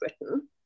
Britain